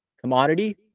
Commodity